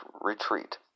retreat